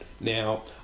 Now